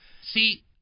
See